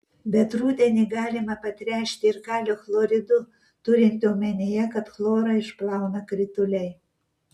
bet rudenį galima patręšti ir kalio chloridu turint omenyje kad chlorą išplauna krituliai